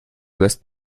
lässt